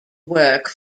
work